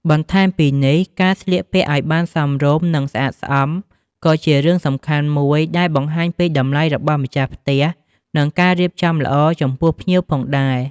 បន្ថែមពីនេះ ការស្លៀកពាក់ឲ្យបានសមរម្យ និងស្អាតស្អំ ក៏ជារឿងសំខាន់មួយដែលបង្ហាញពីតម្លៃរបស់ម្ចាស់ផ្ទះ និងការរៀបចំល្អចំពោះភ្ញៀវផងដែរ។